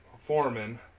foreman